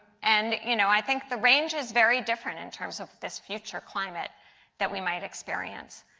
and you know, i think the range is very different in terms of this future climate that we might experience.